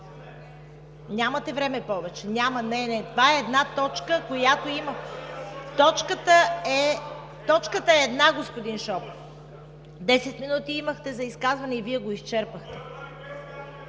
Нямате време повече, няма, не, не. Това е една точка. (Шум и реплики.) Точката е една, господин Шопов. Десет минути имахте за изказване и Вие го изчерпахте.